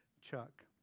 Chuck